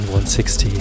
160